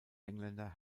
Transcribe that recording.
engländer